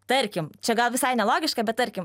tarkim čia gal visai nelogiška bet tarkim